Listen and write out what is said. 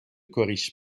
corrige